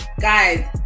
guys